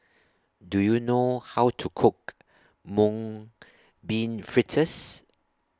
Do YOU know How to Cook Mung Bean Fritters